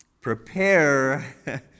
prepare